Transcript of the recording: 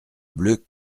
bleue